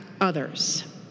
others